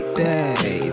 day